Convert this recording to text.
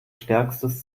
stärkstes